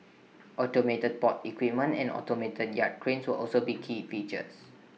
automated port equipment and automated yard cranes will also be key features